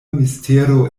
mistero